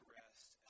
rest